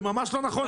זה ממש לא נכון.